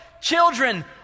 children